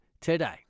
today